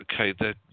Okay